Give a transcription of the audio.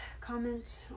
comment